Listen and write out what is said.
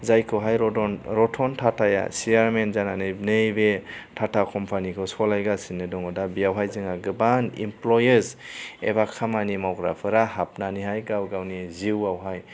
जायखौहाय रदन रतन टाटाया सियारमेन जानानै नैबे टाटा कम्पानीखौ सलायगासिनो दङ दा बेयावहाय जोंहा गोबां इमप्लइएस एबा खामानि मावग्राफोरा हाबनानैहाय गाव गावनि जिउआवहाय